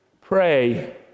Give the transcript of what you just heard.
pray